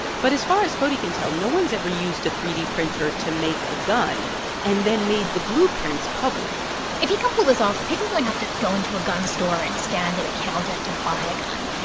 but as far as cody can tell, no one's ever used a three d printer to make a gun and then made the blueprints public if he can pull this off, people won't have to go into a gun store and stand at a counter to buy a gun.